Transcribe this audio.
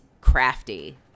crafty